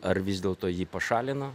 ar vis dėlto jį pašalino